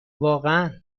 واقعا